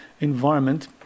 environment